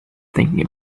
thinking